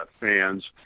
fans